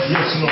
Yes